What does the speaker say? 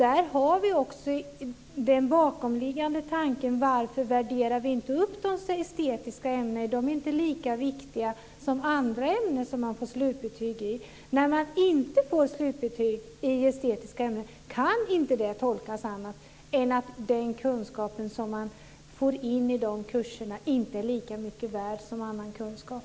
Där har vi också den bakomliggande tanken om varför vi inte uppvärderar de estetiska ämnena. De är inte lika viktiga som andra ämnen som man får slutbetyg i. När det inte ges slutbetyg i estetiska ämnen kan det inte tolkas på annat sätt än att den kunskapen inte är lika mycket värd som annan kunskap.